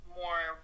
more